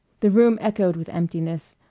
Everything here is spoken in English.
the room echoed with emptiness.